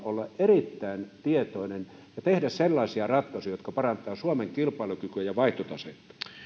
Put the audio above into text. olla erittäin tietoinen ja tehdä sellaisia ratkaisuja jotka parantavat suomen kilpailukykyä ja vaihtotasetta